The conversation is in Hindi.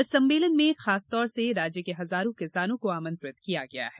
इस सम्मेलन में खासतौर से राज्य के हजारों किसानों को आमंत्रित किया गया है